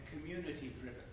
community-driven